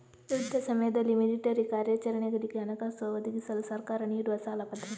ಯುದ್ಧ ಸಮಯದಲ್ಲಿ ಮಿಲಿಟರಿ ಕಾರ್ಯಾಚರಣೆಗಳಿಗೆ ಹಣಕಾಸು ಒದಗಿಸಲು ಸರ್ಕಾರ ನೀಡುವ ಸಾಲ ಭದ್ರತೆ